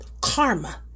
Karma